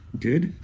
Good